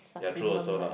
ya true also lah